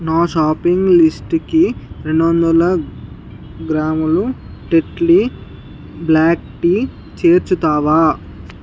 నా షాపింగ్ లిస్టుకి రెండు వందల గ్రాములు టెట్లీ బ్ల్యాక్ టీ చేర్చుతావా